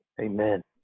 Amen